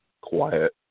quiet